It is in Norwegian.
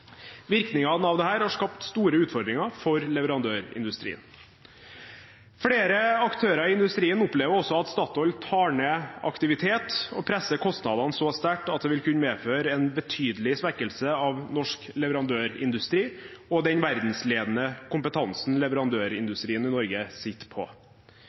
Virkningene av dette har skapt store utfordringer for leverandørindustrien. Flere aktører i industrien opplever også at Statoil tar ned aktivitet og presser kostnadene så sterkt at det vil kunne medføre en betydelig svekkelse av norsk leverandørindustri og den verdensledende kompetansen leverandørindustrien i Norge sitter på.